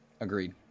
Agreed